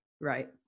right